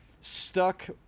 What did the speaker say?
stuck